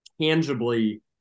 tangibly